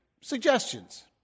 suggestions